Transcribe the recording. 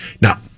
Now